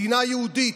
מדינה יהודית.